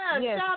Yes